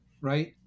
right